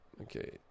Okay